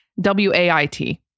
W-A-I-T